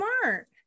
smart